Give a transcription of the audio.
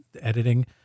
editing